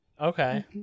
Okay